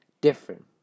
different